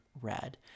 Red